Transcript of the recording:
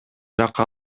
жакка